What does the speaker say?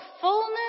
fullness